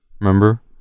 remember